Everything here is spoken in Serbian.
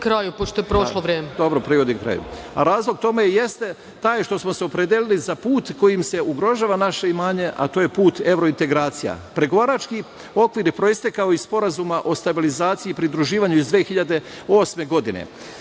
kraju, pošto je prošlo vreme. **Jovan Janjić** Dobro, privodim kraju. Razlog tome jeste taj što smo se opredelili za put kojim se ugrožava naše imanje, a to je put evrointegracija. Pregovarački okvir je proistekao iz Sporazuma o stabilizaciji i pridruživanju iz 2008. godine.